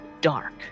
dark